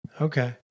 Okay